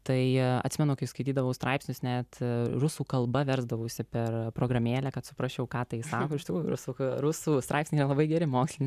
tai atsimenu kai skaitydavau straipsnius net rusų kalba versdavausi per programėlę kad suprasčiau ką tai sako iš tikrųjų rusų rusų straipsniai labai geri moksliniai